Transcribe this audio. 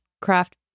craft